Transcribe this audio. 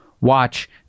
watch